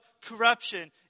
corruption